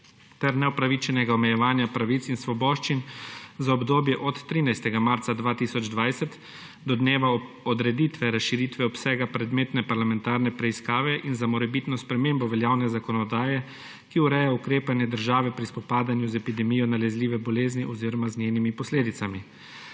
ter neupravičenega omejevanja pravic in svoboščin, za obdobje od 13. marca 2020 do dneva odreditve razširitve obsega predmetne parlamentarne preiskave in za morebitno spremembo veljavne zakonodaje, ki ureja ukrepanje države pri spopadanju z epidemijo nalezljive bolezni oziroma z njenimi posledicami.